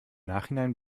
nachhinein